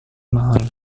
mahal